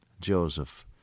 Joseph